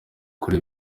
kuri